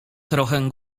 trochę